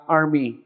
army